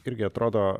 irgi atrodo